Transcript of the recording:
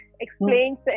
explains